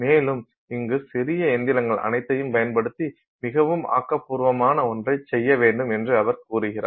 மேலும் இந்து சிறிய இயந்திரங்கள் அனைத்ததையும் பயன்படுத்தி மிகவும் ஆக்கபூர்வமான ஒன்றைச் செய்ய வேண்டும் என்று அவர் கூறுகிறார்